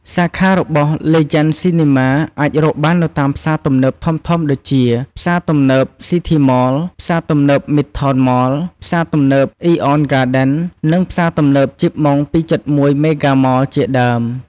សាខារបស់ លេជេន ស៊ីនីម៉ា អាចរកបាននៅតាមផ្សារទំនើបធំៗដូចជា ផ្សារទំនើប ស៊ីធីម៉ល, ផ្សារទំនើប មីដថោន ម៉ល, ផ្សារទំនើប អេដេន ហ្គាដិន, និង ផ្សារទំនេីប ជីបម៉ុង ពីរ ចិតមួយ (271) មេហ្គាម៉ល ជាដើម។